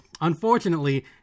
Unfortunately